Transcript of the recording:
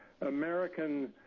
American